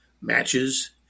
matches